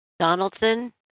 Donaldson